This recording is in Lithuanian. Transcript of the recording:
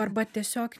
arba tiesiog